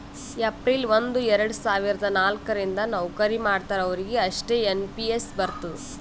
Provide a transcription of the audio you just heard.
April ಒಂದು ಎರಡ ಸಾವಿರದ ನಾಲ್ಕ ರಿಂದ್ ನವ್ಕರಿ ಮಾಡ್ತಾರ ಅವ್ರಿಗ್ ಅಷ್ಟೇ ಎನ್ ಪಿ ಎಸ್ ಬರ್ತುದ್